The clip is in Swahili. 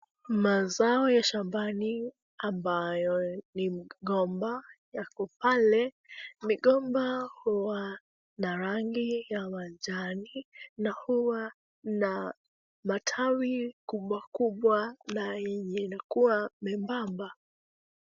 Mazao ya shambani ambayo ni mgomba yako pale. Migomba huwa na rangi ya majani na huwa na matawi kubwa kubwa na yenye inakuwa membamba.